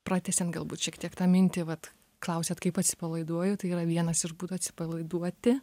pratęsiant galbūt šiek tiek tą mintį vat klausiat kaip atsipalaiduoju tai yra vienas iš būdų atsipalaiduoti